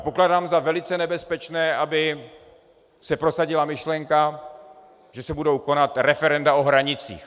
Pokládám za velice nebezpečné, aby se prosadila myšlenka, že se budou konat referenda o hranicích.